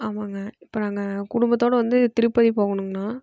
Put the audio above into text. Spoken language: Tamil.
ஆமாங்க இப்போ நாங்கள் குடும்பத்தோடு வந்து திருப்பதி போகணுங்கண்ணா